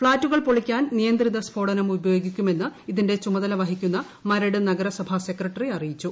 ഫ്ളാറ്റുകൾ പൊളിക്കാൻ നിയന്ത്രിത സ്ഫോടനം ഉപയോഗിക്കുമെന്ന് ഇതിന്റെ ചുമതല വഹിക്കുന്ന മരട് നഗരസഭ സെക്രട്ടറി അറിയിച്ചു